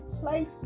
place